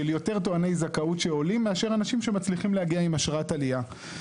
של יותר טועני זכאות שעולים מאשר אנשים שמצליחים להגיע עם אשרת עלייה.